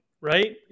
right